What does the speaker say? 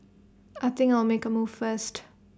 I think I'll make A move first